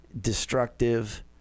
destructive